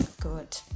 good